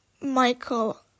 Michael